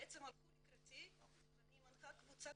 הם הלכו לקראתי ואני מנחה קבוצת